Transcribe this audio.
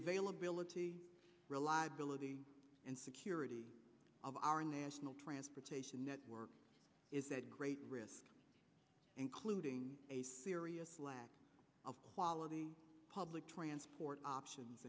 availability reliability and security of our national transportation network is that great risk including a serious lack of quality public transport options